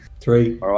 Three